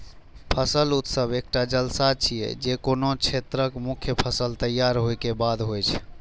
फसल उत्सव एकटा जलसा छियै, जे कोनो क्षेत्रक मुख्य फसल तैयार होय के बाद होइ छै